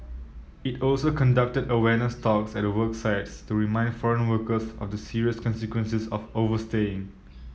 it also conducted awareness talks at work sites to remind foreign workers of the serious consequences of overstaying